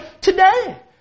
today